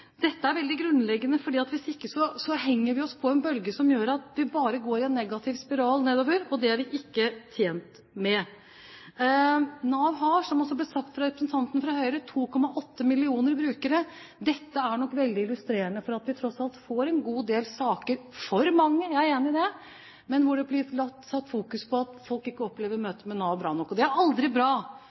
Dette er veldig grunnleggende. Hvis ikke henger vi oss på en bølge som gjør at vi bare går i en negativ spiral, og det er vi ikke tjent med. Nav har, som det også ble sagt fra representanten fra Høyre, 2,8 millioner brukere. Dette er nok veldig illustrerende for at vi tross alt får en god del saker – for mange, jeg er enig i det – der det blir fokusert på at folk ikke opplever møtet med Nav bra nok. Det er aldri bra,